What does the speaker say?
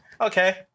Okay